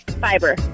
fiber